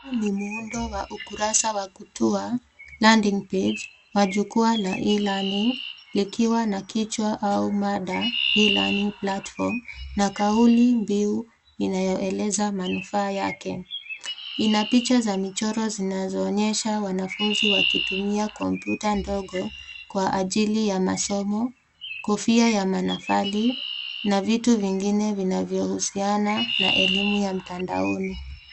Huu ni muudo wa ukurasa wa kutua, landing page , na jukwaa la e-learning likiwa na kichwa au mada e-learning platform na kauli mbiu inayoeleza manufaa yake. Ina picha za michoro zinazoonyesha wanafunzi wakitumia kompyuta ndogo, kwa ajili ya masomo, kofia ya mahafali, na vitu vingine vinavyohusiana na elimu ya mtandaoni.